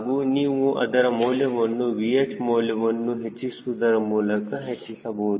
ಹಾಗೂ ನೀವು ಅದರ ಮೌಲ್ಯವನ್ನು VH ಮೌಲ್ಯವನ್ನು ಹೆಚ್ಚಿಸುವುದರ ಮೂಲಕ ಹೆಚ್ಚಿಸಬಹುದು